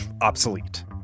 obsolete